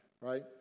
right